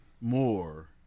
more